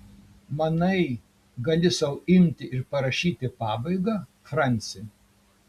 manai gali sau imti ir parašyti pabaigą franci